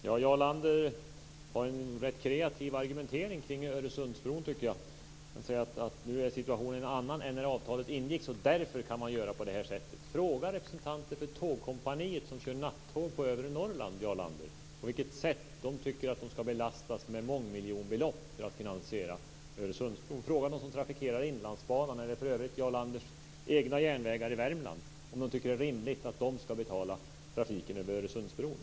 Fru talman! Jarl Lander har en kreativ argumentation om Öresundsbron. Han säger att situationen nu är en annan än när avtalet ingicks och att man därför kan göra på det här sättet. Fråga representanter för Tågkompaniet, som kör nattåg på övre Norrland, Jarl Lander, om de tycker att deras företag ska belastas med mångmiljonbelopp för att finansiera Öresundsbron! Fråga dem som trafikerar Inlandsbanan eller järnvägarna i Jarl Landers hemlän Värmland om de tycker att det är rimligt att de ska betala trafiken över Öresundsbron!